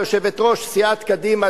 יושבת-ראש סיעת קדימה,